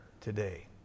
today